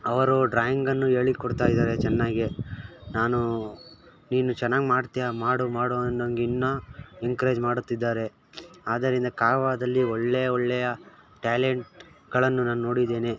ಅವರು ಡ್ರಾಯಿಂಗನ್ನು ಹೇಳಿ ಕೊಡ್ತಾಯಿದ್ದಾರೆ ಚೆನ್ನಾಗೆ ನಾನು ನೀನು ಚೆನ್ನಾಗಿ ಮಾಡ್ತೀಯಾ ಮಾಡು ಮಾಡು ಅನ್ನೋಂಗ್ ಇನ್ನೂ ಎನ್ಕರೇಜ್ ಮಾಡುತ್ತಿದ್ದಾರೆ ಆದ್ದರಿಂದ ಕಾವಾದಲ್ಲಿ ಒಳ್ಳೆಯ ಒಳ್ಳೆಯ ಟ್ಯಾಲೆಂಟ್ ಗಳನ್ನು ನಾನು ನೋಡಿದ್ದೇನೆ